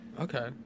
Okay